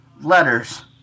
letters